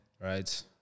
Right